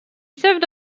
served